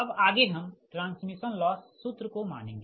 अब आगे हम ट्रांसमिशन लॉस सूत्र को मानेगें